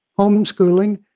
homeschooling.